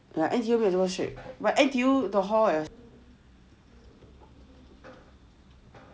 N_T_U 没有这样 strict N_T_U 的 hall have